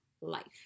life